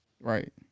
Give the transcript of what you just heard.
Right